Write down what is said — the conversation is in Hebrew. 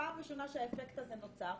פעם ראשונה שהאפקט הזה נוצר.